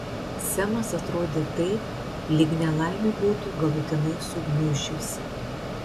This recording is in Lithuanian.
semas atrodė taip lyg nelaimė būtų galutinai sugniuždžiusi